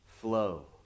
flow